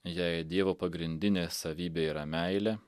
jei dievo pagrindinė savybė yra meilė